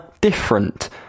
different